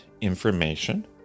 information